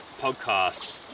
podcasts